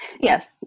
Yes